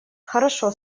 хорошо